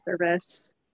service